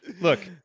Look